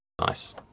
Nice